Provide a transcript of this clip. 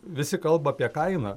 visi kalba apie kainą